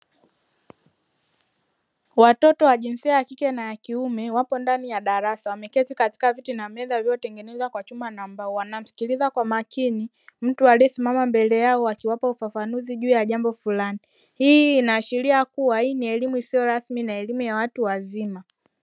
Watoto wa jinsia ya kike na ya kiume wapo ndani ya darasa wameketi katika viti na meza yotengeneza kwa chuma na mbao, wanamsikiliza kwa makini mtu aliyesimama mbele yao akiwapa ufafanuzi juu ya jambo fulani, hii inaashiria kuwa hii ni elimu isiyo rasmi na elimu ya watu wazima.